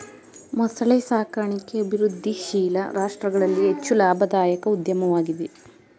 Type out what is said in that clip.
ಮೊಸಳೆ ಸಾಕಣಿಕೆ ಅಭಿವೃದ್ಧಿಶೀಲ ರಾಷ್ಟ್ರಗಳಲ್ಲಿ ಹೆಚ್ಚು ಲಾಭದಾಯಕ ಉದ್ಯಮವಾಗಿದೆ